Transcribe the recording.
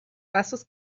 pasos